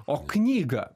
o knygą